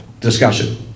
discussion